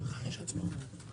אני חושבת --- כן.